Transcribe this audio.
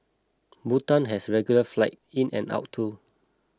Bhutan has regular flights in and out too